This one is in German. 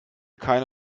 keine